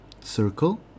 circle